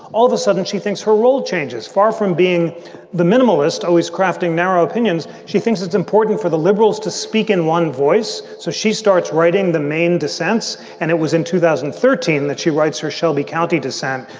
all of a sudden, she thinks her role changes, far from being the minimalist, always crafting narrow opinions. she thinks it's important for the liberals to speak in one voice. so she starts writing the main dissents. and it was in two thousand and thirteen that she writes her shelby county dissent,